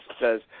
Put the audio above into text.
says